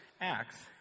acts